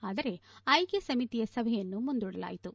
ಆದರೆ ಆಯ್ಕೆ ಸಮಿತಿಯ ಸಭೆಯನ್ನು ಮುಂದೂಡಲಾಯಿತು